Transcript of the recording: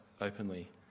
openly